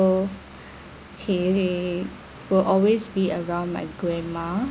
he he will always be around my grandma